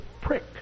prick